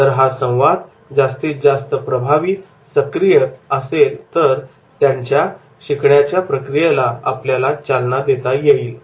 जर हा संवाद जास्तीत जास्त सक्रीय व प्रभावी असेल तर त्यांच्या शिकण्याच्या प्रक्रियेला आपल्याला चालना देता येईल